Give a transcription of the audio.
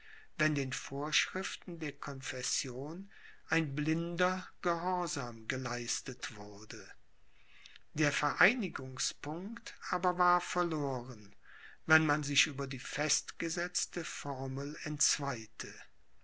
wenn den vorschriften der confession ein blinder gehorsam geleistet wurde der vereinigungspunkt aber war verloren wenn man sich über die festgesetzte formel entzweite